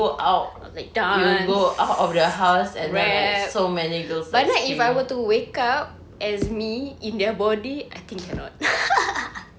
like dance rap but then if I were to wake up as me in their body I think cannot